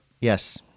yes